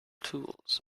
tools